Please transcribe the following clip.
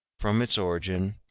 from its origin,